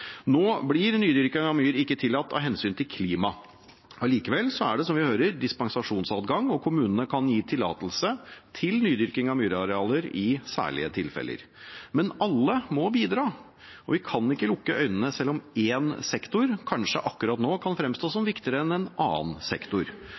Nå blir nydyrking av myr ikke tillatt av hensyn klimaet. Allikevel er det, som vi hører, dispensasjonsadgang, og kommunene kan gi tillatelse til nydyrking av myrarealer i særlige tilfeller. Men alle må bidra, og vi kan ikke lukke øynene selv om én sektor kanskje akkurat nå kan fremstå som